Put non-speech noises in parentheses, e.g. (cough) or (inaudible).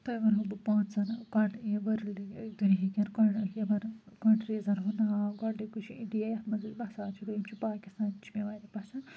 تۄہہِ وَنہو بہٕ پانٛژَن (unintelligible) دُنہیٖکٮ۪ن یِمن کۄنٹرٛیٖزن ہُنٛد ناو گۄڈٕنِکُے چھُ اِنڈیا یَتھ منٛز أسۍ بَسان چھِ دٔیِم چھِ پاکِستان چھِ مےٚ واریاہ پَسنٛد